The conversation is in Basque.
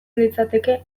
litzateke